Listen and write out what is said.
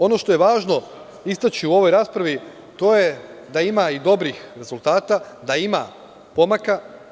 Ono što je važno istaći u ovoj raspravi, to je da ima i dobrih rezultata, da ima pomaka.